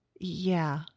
Yeah